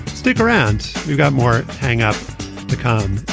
stick around. we've got more hang up to come.